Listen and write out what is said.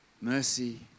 mercy